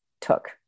took